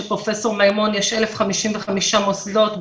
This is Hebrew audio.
של פרופ' מימון יש 1,055 מוסדות,